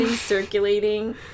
circulating